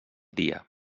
dia